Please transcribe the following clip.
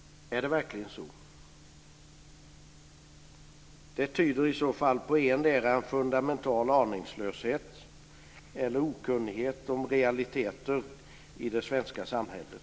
Är det verkligen så? Det tyder i så fall på endera fundamental aningslöshet eller okunnighet om realiteter i det svenska samhället.